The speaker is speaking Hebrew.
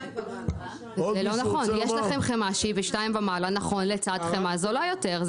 יש חמאה יקרה לצד חמאה זולה יותר.